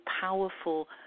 powerful